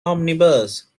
omnibus